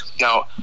Now